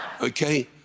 Okay